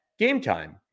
GameTime